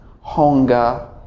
hunger